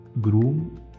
groom